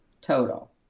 total